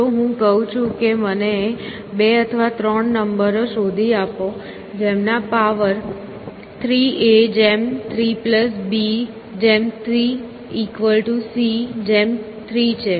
જો હું કહું કે મને બે અથવા ત્રણ નંબરો શોધી આપો જેમના પાવર 3 A જેમ 3 B જેમ 3 C જેમ 3 છે